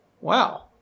Wow